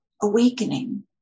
awakening